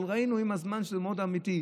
אבל ראינו עם הזמן שזה מאוד אמיתי.